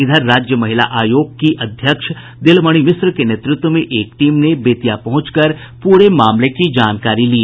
इधर राज्य महिला आयोग की अध्यक्ष दिलमणि मिश्र के नेतृत्व में एक टीम ने बेतिया पहुंचकर पूरे मामले की जानकारी ली